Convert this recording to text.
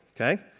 okay